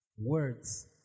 Words